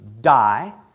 die